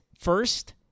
first